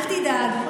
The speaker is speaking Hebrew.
אז זה חבל.